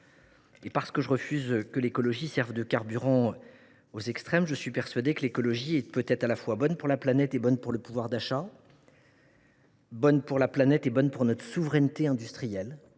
Et parce que je refuse qu’elle serve de carburant aux extrêmes, je suis persuadé que l’écologie peut être à la fois bonne pour la planète et bonne pour le pouvoir d’achat, bonne pour la planète et bonne pour notre souveraineté industrielle.